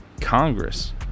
Congress